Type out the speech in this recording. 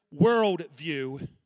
worldview